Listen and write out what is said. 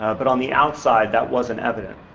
ah but on the outside that wasn't evident.